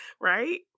right